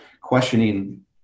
questioning